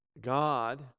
God